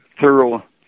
thorough